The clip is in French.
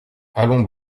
allons